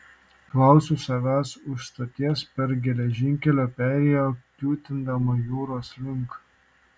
klausiau savęs už stoties per geležinkelio perėją kiūtindama jūros link